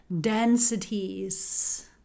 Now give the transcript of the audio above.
densities